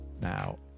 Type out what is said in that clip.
now